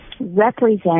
represent